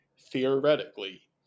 theoretically